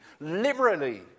liberally